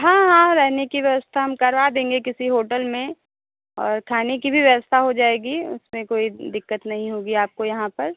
हाँ हाँ रहने की व्यवस्था हम करवा देंगे किसी होटल में और खाने की भी व्यवस्था हो जाएगी उसमें कोई दिक़्क़त नहीं होगी आपको यहाँ पर